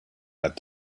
led